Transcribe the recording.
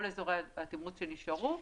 כל אזורי התמרוץ שנשארו,